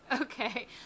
Okay